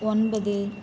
ஒன்பது